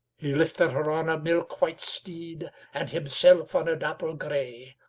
he's lifted her on a milk-white steed, and himself on a dapple grey,